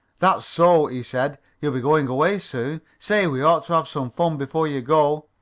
that's so, he said. you'll be going away soon. say, we ought to have some fun before you go.